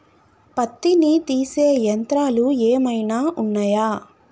పత్తిని తీసే యంత్రాలు ఏమైనా ఉన్నయా?